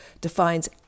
defines